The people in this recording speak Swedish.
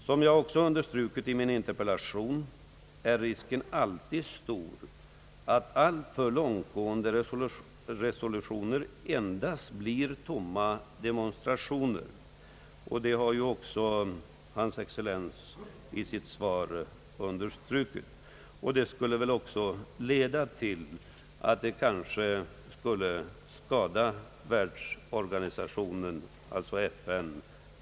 Såsom jag också har understrukit i min interpellation är risken alltid stor för att alltför långtgående resolutioner endast blir tomma demonstrationer som kanske skulle kunna skada världsorganisationen, alltså FN — detta har ju även hans excellens betonat i sitt svar.